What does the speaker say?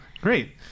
Great